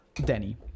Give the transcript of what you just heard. denny